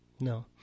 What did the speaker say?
No